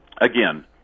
again